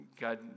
God